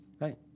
Right